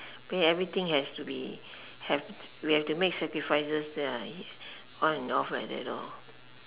I mean everything has to be have we have to make sacrifices there on and off like that lor